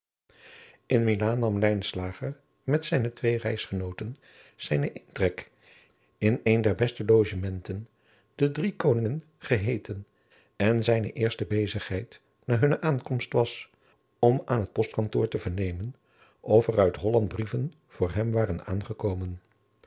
met zijne twee reisgenooten zijnen intrek in een der beste logementen de drie koningen geheeten en zijne eerste bezigheid na hunne aankomst was om aan het postkantoor te vernemen of er uit holland brieven voor hem waren aangekomen